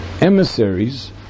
emissaries